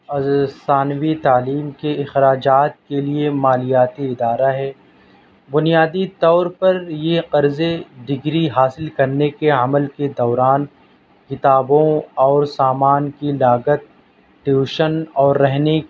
از ثانوی تعلیم کے اخراجات کے لیے مالیاتی ادارہ ہے بنیادی طور پر یہ قرضے ڈگری حاصل کرنے عمل کے دوران کتابوں اور سامان کی لاگت ٹیوشن اور رہنے